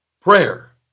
Prayer